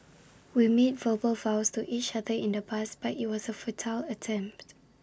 we made verbal vows to each other in the past but IT was A futile attempt